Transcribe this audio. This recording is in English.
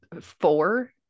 four